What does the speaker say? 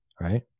right